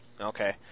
Okay